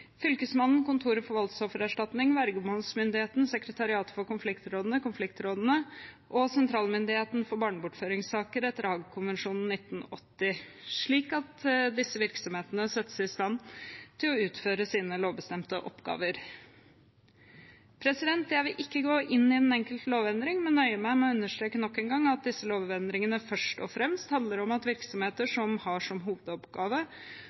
Fylkesmannen, Kontoret for voldsoffererstatning, vergemålsmyndigheten, Sekretariatet for konfliktrådene, konfliktrådene og sentralmyndigheten for barnebortføringssaker etter Haagkonvensjonen i 1980, slik at disse virksomhetene settes i stand til å utføre sine lovbestemte oppgaver. Jeg vil ikke gå inn i den enkelte lovendring, men nøyer meg med å understreke nok en gang at disse lovendringene først og fremst handler om at virksomheter som har som hovedoppgave